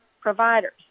providers